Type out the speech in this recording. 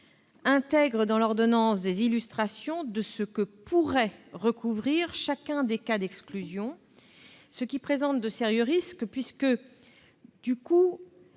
intègre dans l'ordonnance des illustrations de ce que pourrait recouvrir chacun des cas d'exclusion. Cela présente de sérieux risques, les